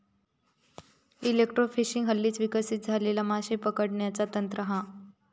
electrofishing हल्लीच विकसित झालेला माशे पकडण्याचा तंत्र हा